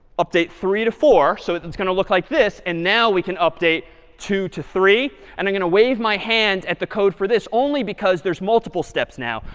update three to four, so it is going to look like this. and now we can update two to three. and i'm going to wave my hand at the code for this only because there's multiple steps now.